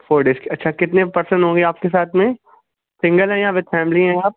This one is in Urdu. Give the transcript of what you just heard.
فور ڈیز کے اچھا کتنے پرسن ہوں گے آپ کے ساتھ میں سنگل ہیں یا وتھ فیملی ہیں آپ